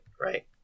Right